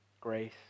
grace